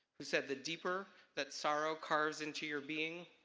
who said the deeper that sorrow carves into your being,